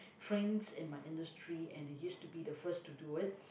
trends in my industry and it used to be the first to do it